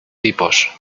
tipos